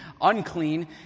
unclean